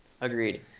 agreed